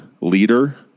leader